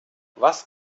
was